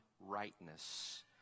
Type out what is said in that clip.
rightness